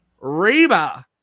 Reba